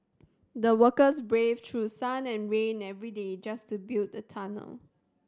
the workers braved through sun and rain every day just to build the tunnel